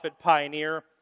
pioneer